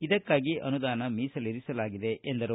ಇದಕ್ಕಾಗಿ ಅನುದಾನ ಮೀಸಲಿರಿಸಲಾಗಿದೆ ಎಂದರು